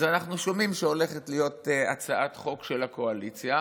אז אנחנו שומעים שהולכת להיות הצעת חוק של הקואליציה